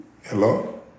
Hello